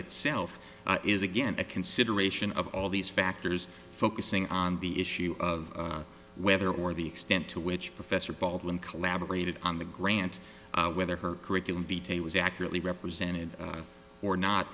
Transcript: itself is again a consideration of all these factors focusing on b issue of whether or the extent to which professor baldwin collaborated on the grant whether her curriculum detail was accurately represented or not